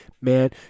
Man